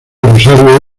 rosario